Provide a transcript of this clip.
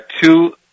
two